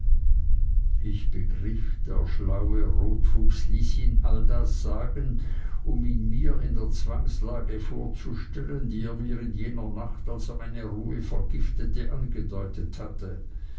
ich begriff der schlaue rotfuchs ließ ihn das alles sagen um ihn mir in der zwangslage vorzustellen die er mir in jener nacht als er meine ruhe vergiftete angedeutet hatte